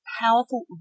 powerful